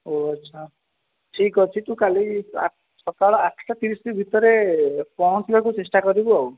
ଓ ଆଚ୍ଛା ଠିକ୍ ଅଛି ତୁ କାଲି ଆ ସକାଳ ଆଠଟା ତିରିଶି ଭିତରେ ପହଞ୍ଚିବାକୁ ଚେଷ୍ଟା କରିବୁ ଆଉ